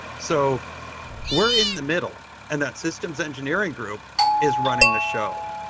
so we're in the middle, and that system's engineering group is running the show.